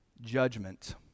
Judgment